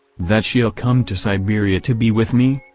that she'll come to siberia to be with me?